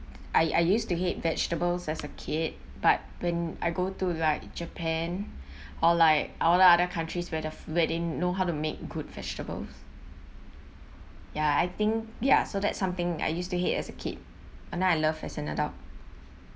I I used to hate vegetables as a kid but when I go to like japan or like all the other countries where the where they know how to make good vegetables ya I think ya so that's something I used to hate as a kid and then I love as an adult